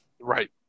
Right